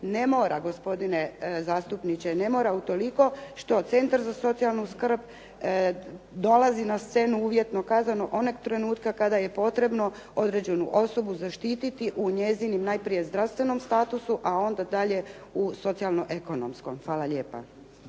Ne mora, gospodine zastupniče. Ne mora utoliko što centar za socijalnu skrb dolazi na scenu, uvjetno kazano, onog trenutka kada je potrebno određenu osobu zaštititi u njezinom najprije zdravstvenom statusu, a onda dalje u socijalno ekonomskom. Hvala lijepa.